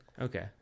Okay